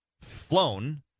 flown